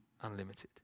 unlimited